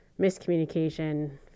miscommunication